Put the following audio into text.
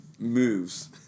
Moves